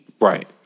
right